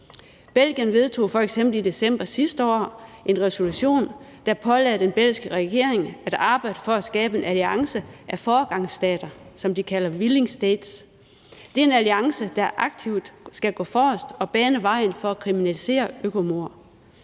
Belgien vedtog f.eks. i december sidste år en resolution, der pålagde den belgiske regering at arbejde for at skabe en alliance af foregangsstater, som de kalder »willing states«. Det er en alliance, der aktivt skal gå forrest og bane vejen for at kriminalisere økomord,